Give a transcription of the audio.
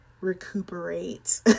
recuperate